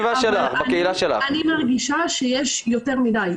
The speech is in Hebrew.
אני מרגישה שיש יותר מידיי.